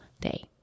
day